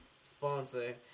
sponsor